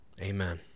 amen